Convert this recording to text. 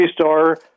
store